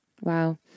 Wow